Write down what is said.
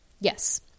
yes